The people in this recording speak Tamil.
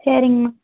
சரிங்ம்மா